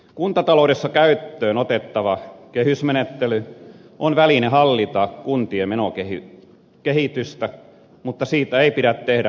kuntataloudessa käyttöön otettava kehysmenettely on väline hallita kuntien menokehitystä mutta siitä ei pidä tehdä monimutkaista